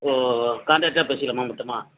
ஓ ஓ ஓ காண்ட்ராக்ட்டாக பேசிக்கலாமா மொத்தமாக